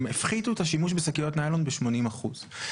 הם הפחיתו את השימוש בשקיות נילון ב-80 אחוז.